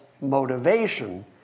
motivation